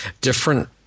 different